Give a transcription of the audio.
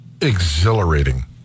exhilarating